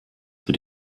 für